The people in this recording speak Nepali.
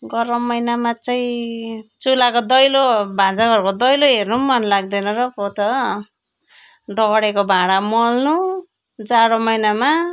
गरम महिनामा चाहिँ चुलाको दैलो भान्सा घरको दैलो हेर्नु पनि मन लाग्दैन र पो त डढेको भाँडा मोल्नु जाडो महिनामा